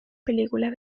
películas